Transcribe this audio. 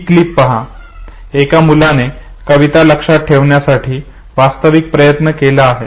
ही clip पहा एका मुलाने कविता लक्षात ठेवण्यासाठी वास्तविक प्रयत्न केला आहे